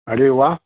अरे वा